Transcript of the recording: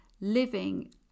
living